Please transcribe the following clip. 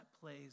plays